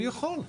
הוא יכול,